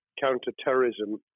counter-terrorism